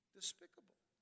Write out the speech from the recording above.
Despicable